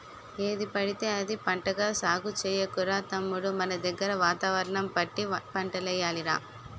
ఏదిపడితే అది పంటగా సాగు చెయ్యకురా తమ్ముడూ మనదగ్గర వాతావరణం బట్టి పంటలెయ్యాలి రా